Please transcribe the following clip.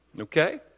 okay